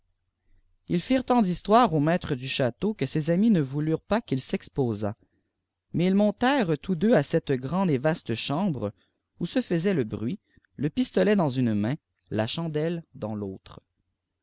ils firent tant d'histoires au maître dii château qiie ses amis hip voulurent pas qa'il s'exposât mais ils montèrent tous dqux celte grande et vaste chambre où se faisait le bf uit le pistolet dans uie main la chandelle dans l'autre